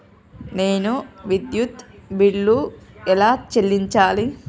నేను విద్యుత్ బిల్లు ఎలా చెల్లించాలి?